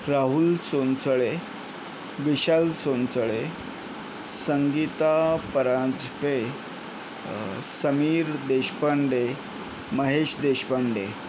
Rahul Sonsale Vishal Sonsale Sangeeta Paranjpe Sameer Deshpande Mahesh Deshpande